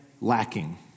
lacking